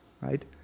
right